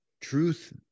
truth